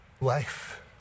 Life